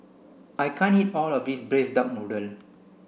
I can't eat all of this braised duck noodle